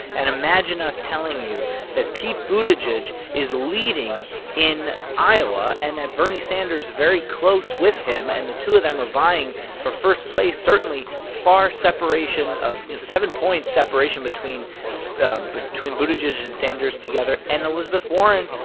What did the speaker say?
and imagine us telling you that pete buttigieg is leading in iowa and that bernie sanders is very close with him and the two of them are vying for first place, certainly far separation of you know, seven point separation between ah between buttigieg and sanders together and elizabeth warren.